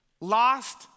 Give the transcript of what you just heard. Lost